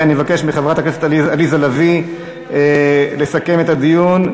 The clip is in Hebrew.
אני מבקש מחברת הכנסת עליזה לביא לסכם את הדיון.